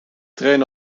train